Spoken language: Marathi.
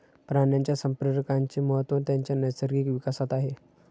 प्राण्यांच्या संप्रेरकांचे महत्त्व त्यांच्या नैसर्गिक विकासात आहे